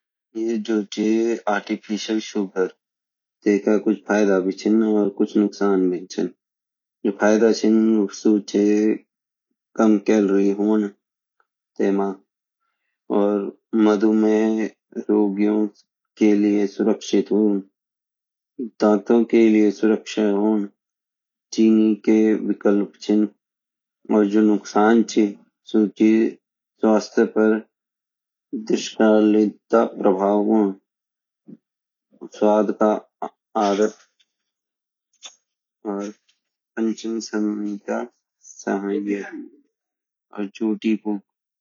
ये जोची artificial sugar टेका कुछ फ़ायदा भी छीन और कुछ नुकसान भी चा जो फ़ायदा ची सुची कम कैलोरी हों तेमा और मधुमय रोगीयो कई लिए सुरक्षित हौंदु दांतो कई लिए सुरक्षित होन्दु चीन के विकल्प ची और जो नुकसान ची सुचि स्वाथ्य पर दुष्भावे यैका प्रभाव होंदा